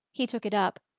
he took it up,